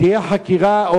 תהיה חקירה,